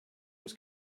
was